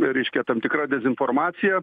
reiškia tam tikra dezinformacija